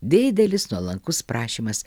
didelis nuolankus prašymas